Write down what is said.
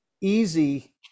easy